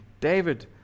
David